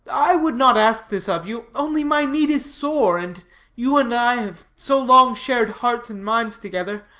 i would not ask this of you, only my need is sore, and you and i have so long shared hearts and minds together,